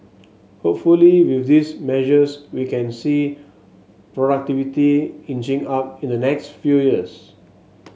hopefully with these measures we can see productivity inching up in the next few years